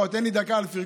לא, תן לי דקה על הפרגון.